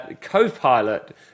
Copilot